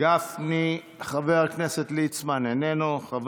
כן יהי